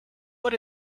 but